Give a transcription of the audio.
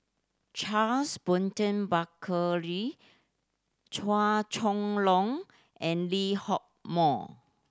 Charles Burton Buckley Chua Chong Long and Lee Hock Moh